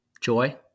joy